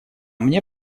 мне